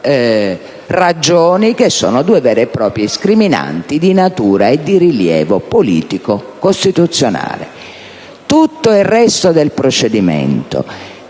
ragioni, che sono due vere e proprie scriminanti di natura e di rilievo politico-costituzionale. Tutto il resto del procedimento,